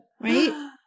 Right